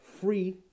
free